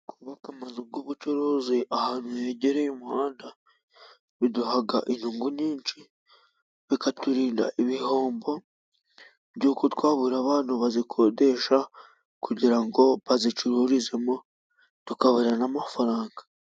Kubaka amazu y'ubucuruzi ahantu hegereye umuhanda biduha inyungu nyinshi, bikaturinda ibihombo by'uko twabura abantu bazikodesha kugira ngo bazicururizemo tukabona n'amafaranga.